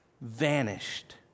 vanished